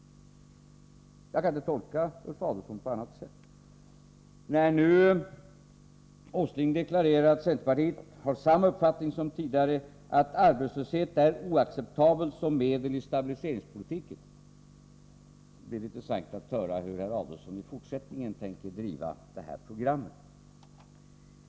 Jag kan inte tolka Ulf Adelsohn på annat sätt. När nu Åsling deklarerat att centerpartiet har samma uppfattning som tidigare, nämligen att arbetslöshet är oacceptabel som medel i stabiliseringspolitiken skall det bli intressant att höra hur herr Adelsohn i fortsättningen tänker driva det här programmet.